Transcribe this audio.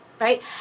Right